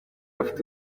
afite